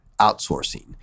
outsourcing